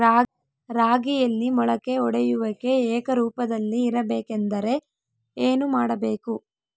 ರಾಗಿಯಲ್ಲಿ ಮೊಳಕೆ ಒಡೆಯುವಿಕೆ ಏಕರೂಪದಲ್ಲಿ ಇರಬೇಕೆಂದರೆ ಏನು ಮಾಡಬೇಕು?